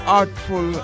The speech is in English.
artful